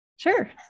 Sure